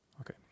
Okay